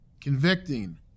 convicting